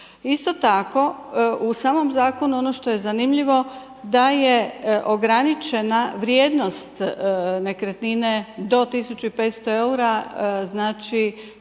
Isto tako u samom zakonu ono je zanimljivo da je ograničena vrijednost nekretnine do 1.500 eura, znači